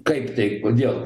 kaip tai kodėl